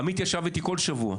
עמית ישב איתי כל שבוע,